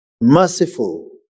merciful